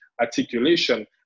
articulation